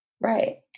right